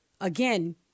again